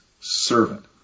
servant